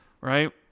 right